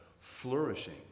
flourishing